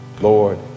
Lord